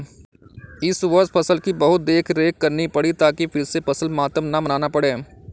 इस वर्ष फसल की बहुत देखरेख करनी पड़ी ताकि फिर से फसल मातम न मनाना पड़े